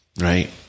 Right